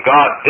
God